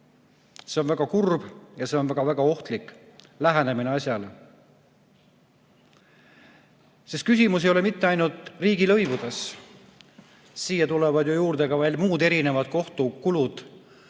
See on väga kurb ja see on väga-väga ohtlik lähenemine asjale. Küsimus ei ole mitte ainult riigilõivudes. Siia tulevad juurde veel muud erinevad kohtukulud,